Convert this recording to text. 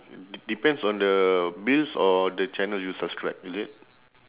d~ depends on the bills or the channel you subscribe is it